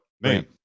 man